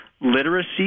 literacy